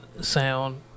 sound